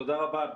תודה רבה.